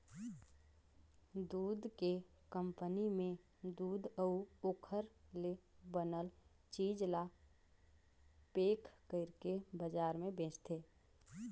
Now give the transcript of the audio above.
दूद के कंपनी में दूद अउ ओखर ले बनल चीज ल पेक कइरके बजार में बेचथे